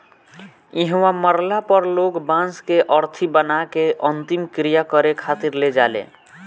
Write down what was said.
इहवा मरला पर लोग बांस के अरथी बना के अंतिम क्रिया करें खातिर ले जाले